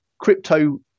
crypto